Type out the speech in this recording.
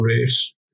race